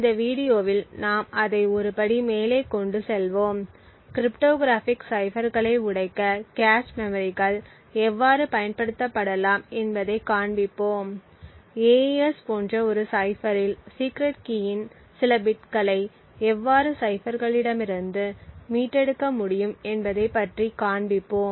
இந்த வீடியோவில் நாம் அதை ஒரு படி மேலே கொண்டு செல்வோம் கிரிப்டோகிராஃபிக் சைபர்களை உடைக்க கேச் மெமரிகள் எவ்வாறு பயன்படுத்தப்படலாம் என்பதைக் காண்பிப்போம் AES போன்ற ஒரு சைஃப்பரில் சீக்ரெட் கீயின் சில பிட்களை எவ்வாறு சைஃப்பர்களிடமிருந்து மீட்டெடுக்க முடியும் என்பதைப் பற்றி காண்பிப்போம்